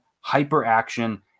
hyper-action